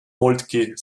moltke